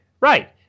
Right